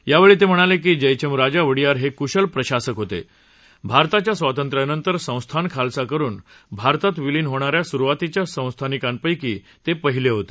यावेळी ते म्हणाले की जयचमराजा वडीयार हे कुशल प्रशासक होते भारताच्या स्वातंत्र्यानंतर संस्थान खालसा करून भारतात विलीन होणा या सुरुवातीच्या संस्थानिकांपैकी ते पहिले होते